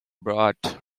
brought